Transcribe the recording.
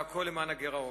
והכול למען הגירעון.